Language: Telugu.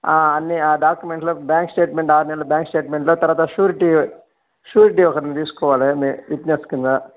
అన్నీ డాక్యూమెంట్లు బ్యాంక్ స్టేట్మెంట్ ఆరు నెలల బ్యాంక్ స్టేట్మెంట్లు తర్వాత షూరిటీ షూరిటీ ఒకరిని తీసుకోవాలి మీ విట్నెస్ కింద